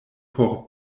por